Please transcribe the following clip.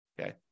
Okay